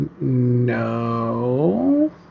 no